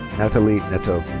nathalie netto.